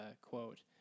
quote